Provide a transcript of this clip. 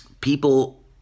People